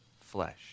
Flesh